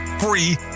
free